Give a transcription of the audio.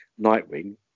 Nightwing